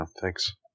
thanks